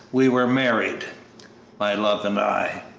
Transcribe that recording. we were married my love and i.